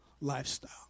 lifestyle